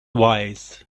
wise